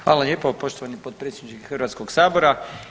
Hvala lijepo poštovani potpredsjedniče Hrvatskog sabora.